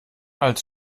als